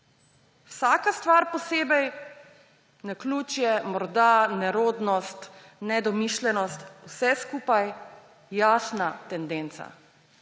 Vsaka stvar posebej, naključje, morda nerodnost, nedomišljenost, vse skupaj jasna tendenca.